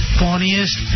funniest